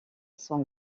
son